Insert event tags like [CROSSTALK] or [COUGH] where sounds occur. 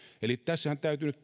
eli täytyy [UNINTELLIGIBLE]